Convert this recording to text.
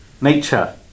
nature